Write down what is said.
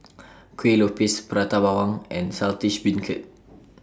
Kuih Lopes Prata Bawang and Saltish Beancurd